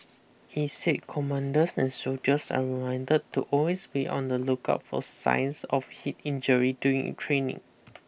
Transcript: he said commanders and soldiers are reminded to always be on the lookout for signs of heat injury during training